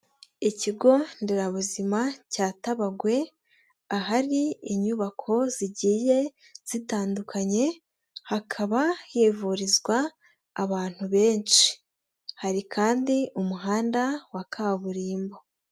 Ikigo nderabuzima cya Tabagwe ahari inyubako zigiye zitandukanye hakaba hivurizwa abantu benshi, hari kandi umuhanda wa kaburimbo.